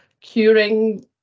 curing